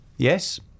Yes